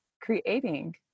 creating